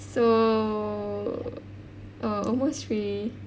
so err almost three